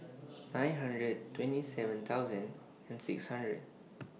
nine hundred twenty seven thousand and six hundred